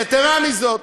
יתרה מזו,